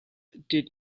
did